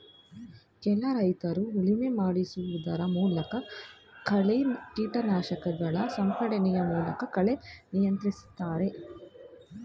ಕೆಲ ರೈತ್ರು ಉಳುಮೆ ಮಾಡಿಸುವುದರ ಮೂಲಕ, ಕಳೆ ಕೀಟನಾಶಕಗಳ ಸಿಂಪಡಣೆಯ ಮೂಲಕ ಕಳೆ ನಿಯಂತ್ರಿಸ್ತರೆ